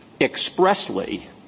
expressly